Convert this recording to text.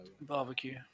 Barbecue